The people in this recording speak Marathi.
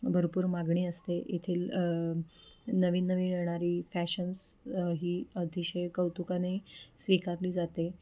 भरपूर मागणी असते येथील नवीननवीन येणारी फॅशन्स ही अतिशय कौतुकाने स्वीकारली जाते